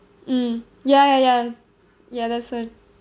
mm ya ya ya ya that's so